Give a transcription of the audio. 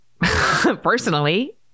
personally